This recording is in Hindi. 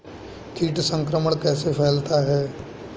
कीट संक्रमण कैसे फैलता है?